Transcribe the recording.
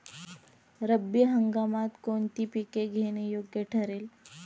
रब्बी हंगामात कोणती पिके घेणे योग्य ठरेल?